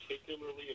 particularly